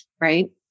right